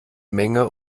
menge